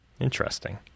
Interesting